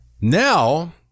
now